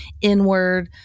inward